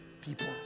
people